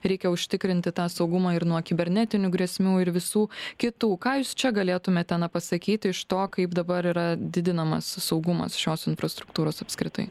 reikia užtikrinti tą saugumą ir nuo kibernetinių grėsmių ir visų kitų ką jūs čia galėtumėte na pasakyti iš to kaip dabar yra didinamas saugumas šios infrastruktūros apskritai